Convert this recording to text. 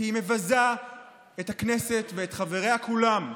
כי היא מבזה את הכנסת ואת חבריה כולם.